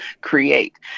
create